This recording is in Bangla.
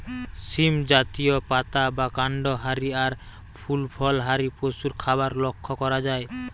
সীম জাতীয়, পাতা বা কান্ড হারি আর ফুল ফল হারি পশুর খাবার লক্ষ করা যায়